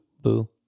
Boo